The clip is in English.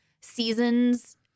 seasons